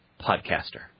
podcaster